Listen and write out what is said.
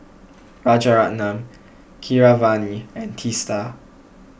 Rajaratnam Keeravani and Teesta